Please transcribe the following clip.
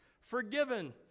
forgiven